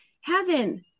heaven